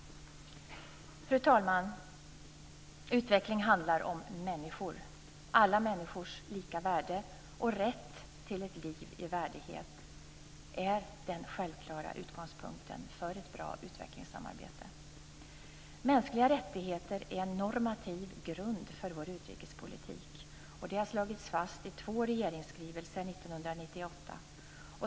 Fru talman! Utveckling handlar om människor. Alla människors lika värde och rätt till ett liv i värdighet är den självklara utgångspunkten för ett bra utvecklingssamarbete. Mänskliga rättigheter är en normativ grund för vår utrikespolitik. Detta har slagits fast i två regeringsskrivelser 1998.